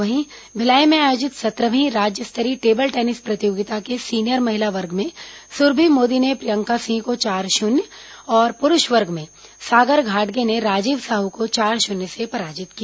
वहीं भिलाई में आयोजित सत्रहवीं राज्य स्तरीय टेबल टेनिस प्रतियोगिता के सीनियर महिला वर्ग में सुरभि मोदी ने प्रियंका सिंह को चार शून्य और पुरूष वर्ग में सागर घाटगे ने राजीव साहू को चार शून्य से पराजित किया